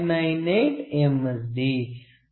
D 1 V